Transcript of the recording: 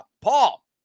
Paul